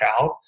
out